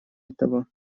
этого